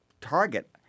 target –